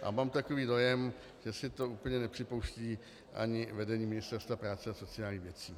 A mám takový dojem, že si to úplně nepřipouští ani vedení Ministerstva práce a sociálních věcí.